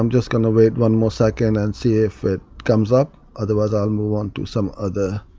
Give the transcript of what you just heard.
um just gonna wait one more second and see if it comes up. otherwise i'll move on to some other